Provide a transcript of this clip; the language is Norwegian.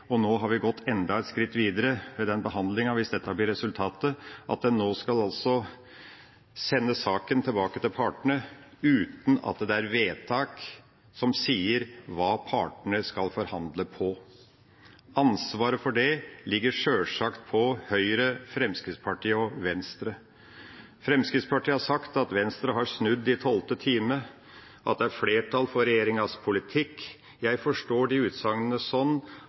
og nå har en gått enda et skritt videre med den behandlingen, hvis dette blir resultatet, til at en nå skal sende saken tilbake til partene uten at det er vedtak som sier hva partene skal forhandle på. Ansvaret for det ligger selvsagt på Høyre, Fremskrittspartiet og Venstre. Fremskrittspartiet har sagt at Venstre har snudd i tolvte time, at det er flertall for regjeringas politikk. Jeg forstår utsagnene sånn